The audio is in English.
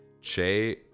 Che